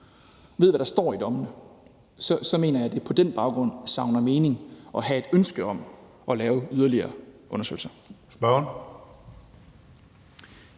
ved, hvad der står i dem, så savner det på den baggrund mening at have et ønske om at lave yderligere undersøgelser.